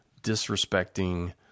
disrespecting